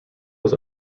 was